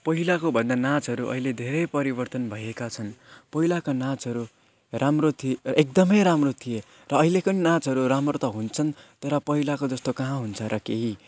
पहिलाको भन्दा नाचहरू अहिले धेरै परिवर्तन भएका छन् पहिलाका नाचहरू राम्रो थिए एकदमै राम्रो थिए र अहिलेको नि नाचहरू राम्रो त हुन्छन् तर पहिलाको जस्तो कहाँ हुन्छ र केही